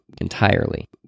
entirely